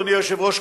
אדוני היושב-ראש,